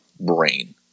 brain